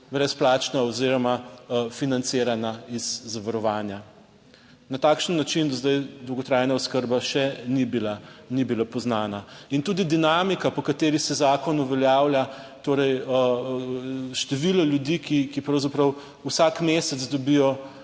brezplačna oziroma financirana iz zavarovanja. Na takšen način do zdaj dolgotrajna oskrba še ni bila, ni bila poznana. In tudi dinamika, po kateri se zakon uveljavlja, torej število ljudi, ki pravzaprav vsak mesec dobijo